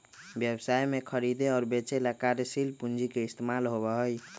व्यवसाय में खरीदे और बेंचे ला कार्यशील पूंजी के इस्तेमाल होबा हई